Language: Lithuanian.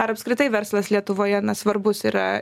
ar apskritai verslas lietuvoje na svarbus yra